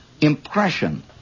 impression